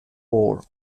war